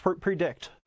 predict